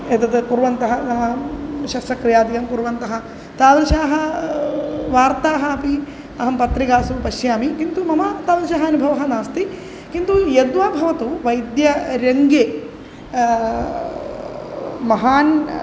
एतद् कुर्वन्तः नाम शस्यक्रियादिकं कुर्वन्तः तादृशाः वार्ताः अपि अहं पत्रिकासु पश्यामि किन्तु मम तादृशः अनुभवः नास्ति किन्तु यद्वा भवतु वैद्यरङ्गे महान्